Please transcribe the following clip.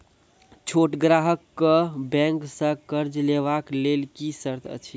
छोट ग्राहक कअ बैंक सऽ कर्ज लेवाक लेल की सर्त अछि?